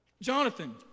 Jonathan